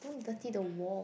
don't dirty the wall